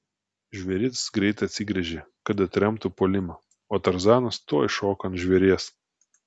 žvėris greit atsigręžė kad atremtų puolimą o tarzanas tuoj šoko ant žvėries